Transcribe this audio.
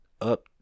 up